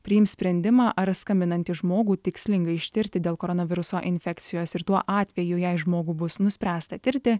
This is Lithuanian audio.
priims sprendimą ar skambinantį žmogų tikslinga ištirti dėl koronaviruso infekcijos ir tuo atveju jei žmogų bus nuspręsta tirti